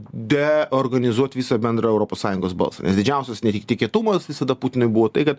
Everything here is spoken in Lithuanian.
deorganizuot visą bendrą europos sąjungos balsą didžiausias netikėtumas visada putinui buvo tai kad